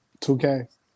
2K